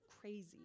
crazy